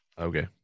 Okay